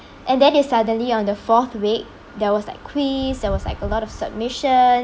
and then it suddenly on the fourth week there was like quiz there was like a lot of submission